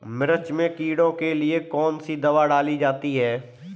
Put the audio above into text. मिर्च में कीड़ों के लिए कौनसी दावा डाली जाती है?